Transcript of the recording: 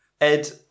Ed